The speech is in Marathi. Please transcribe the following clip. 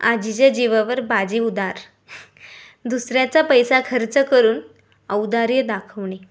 आयजीच्या जीवावर बायजी उदार दुसऱ्याचा पैसा खर्च करून औदार्य दाखवणे